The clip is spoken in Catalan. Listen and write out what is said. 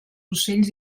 ocells